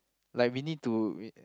like we need to we